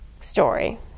story